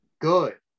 good